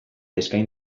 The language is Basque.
eskain